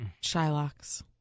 Shylocks